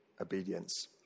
obedience